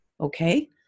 Okay